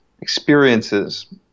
experiences